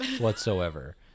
whatsoever